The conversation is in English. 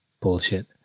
bullshit